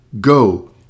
Go